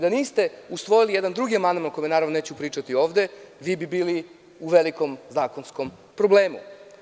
Da niste usvojili jedan drugi amandman, o kome naravno neću pričati ovde, vi bi bili u velikom zakonskom problemu.